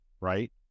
Right